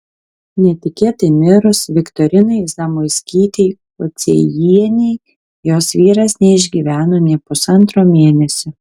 netikėtai mirus viktorinai zamoiskytei pociejienei jos vyras neišgyveno nė pusantro mėnesio